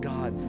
God